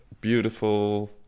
beautiful